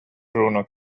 bruno